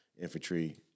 Infantry